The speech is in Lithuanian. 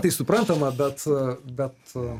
tai suprantama bet bet